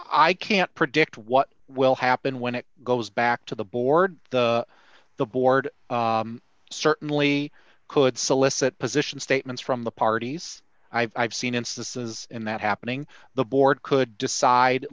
i can't predict what will happen when it goes back to the board the the board certainly could solicit position statements from the parties i've seen instances in that happening the board could decide